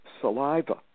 saliva